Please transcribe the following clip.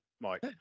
Mike